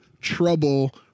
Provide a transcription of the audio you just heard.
Trouble